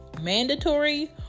mandatory